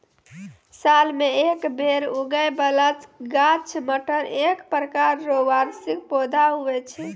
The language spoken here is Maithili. साल मे एक बेर उगै बाला गाछ मटर एक प्रकार रो वार्षिक पौधा हुवै छै